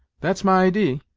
that's my idee,